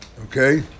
Okay